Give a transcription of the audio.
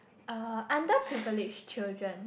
uh underprivileged children